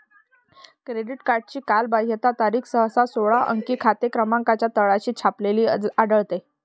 credit कार्डची कालबाह्यता तारीख सहसा सोळा अंकी खाते क्रमांकाच्या तळाशी छापलेली आढळते